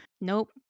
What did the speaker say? Nope